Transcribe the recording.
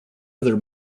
other